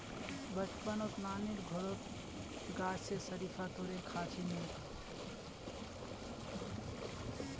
बचपनत नानीर घरत गाछ स शरीफा तोड़े खा छिनु